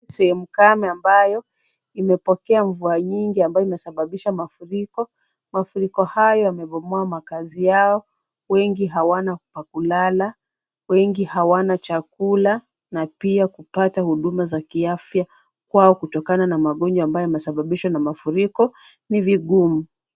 Sehemu kame ambayo imepokea mvua nyingi ambayo imesababisha mafuriko. Mafuriko hayo yamebomoa makazi yao wengi hawana pa kulala, wengi hawana chakula na pia kupata huduma za kiafya kwao kutokana na magonjwa ambayo yamesababishwa na mafuriko ni vigumu.